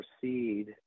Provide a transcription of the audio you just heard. proceed